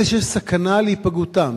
אלה שיש סכנה להיפגעותם.